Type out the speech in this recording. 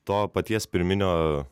to paties pirminio